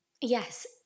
Yes